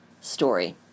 story